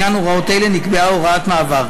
לעניין הוראות אלה נקבעה הוראת מעבר.